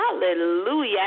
Hallelujah